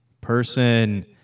person